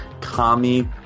Kami